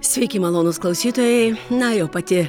sveiki malonūs klausytojai na jau pati